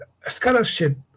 Scholarship